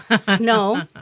snow